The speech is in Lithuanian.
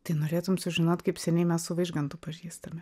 tai norėtum sužinot kaip seniai mes su vaižgantu pažįstami